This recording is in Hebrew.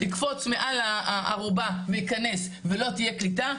יקפוץ מעל הארובה וייכנס בלי שתהיה קליטה,